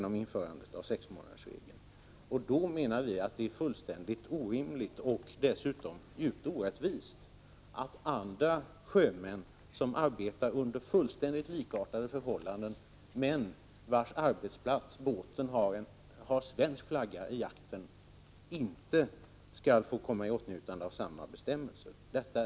Därför är det fullständigt orimligt och dessutom djupt orättvist att andra sjömän, som arbetar under likartade förhållanden men vilkas arbetsplats, dvs. fartyget, har en svensk flagga i aktern, inte får komma i åtnjutande av samma bestämmelser.